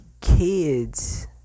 kids